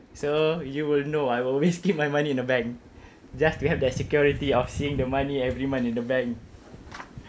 so you will know I always keep my money in the bank just to have that security of seeing the money every month in the bank